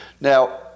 Now